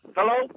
Hello